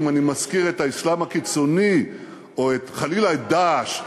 אם אני מזכיר את האסלאם הקיצוני או חלילה את "דאעש".